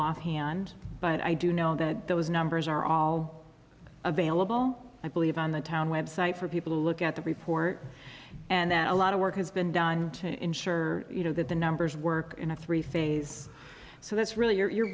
offhand but i do know that those numbers are all available i believe on the town website for people to look at the report and that a lot of work has been done to ensure you know that the numbers work in a three phase so that's really you're